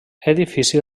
edifici